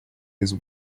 his